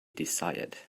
desired